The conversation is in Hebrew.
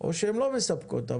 או שהן לא מספקות אותנו,